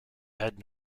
head